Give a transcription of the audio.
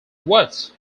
what